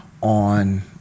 on